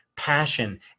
Passion